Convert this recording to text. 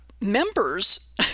members